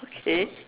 okay